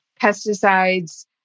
pesticides